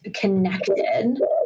connected